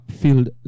Field